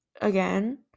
Again